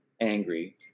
angry